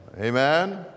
Amen